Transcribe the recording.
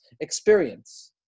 experience